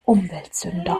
umweltsünder